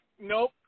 Nope